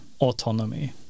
autonomy